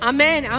Amen